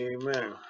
Amen